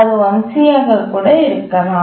அது 1c ஆக கூட இருக்கலாம்